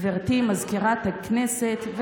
גברתי מזכירת הכנסת,